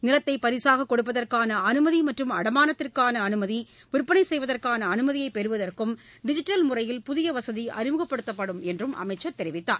நிலத்தை பரிசாக கொடுப்பதற்கான அனுமதி மற்றும் அடமானத்திற்கான அனுமதி விற்பனை செய்வதற்கான அனுமதியை பெறுவதற்கும் டிஜிட்டல் முறையில் புதிய வசதி அறிமுகப்படுத்தப்படும் என்று கூறினார்